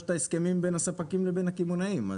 את ההסכמים בין הספקים לבין הקמעונאים.